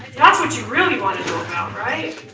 that's what you really wanna know about,